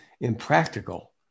impractical